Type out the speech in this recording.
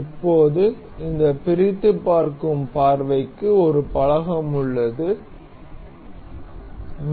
இப்போது இந்த பிரித்துப் பார்க்கும் பார்வைக்கு ஒரு பலகம் உள்ளது